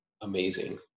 amazing